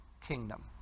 kingdom